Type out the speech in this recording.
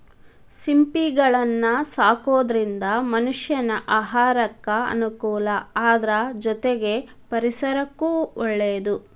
ಸಿಂಪಿಗಳನ್ನ ಸಾಕೋದ್ರಿಂದ ಮನಷ್ಯಾನ ಆಹಾರಕ್ಕ ಅನುಕೂಲ ಅದ್ರ ಜೊತೆಗೆ ಪರಿಸರಕ್ಕೂ ಒಳ್ಳೇದು